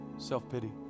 Self-pity